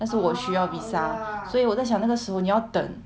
但是我需要 visa 所以我在想那个时候你要等